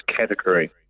category